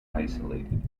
isolated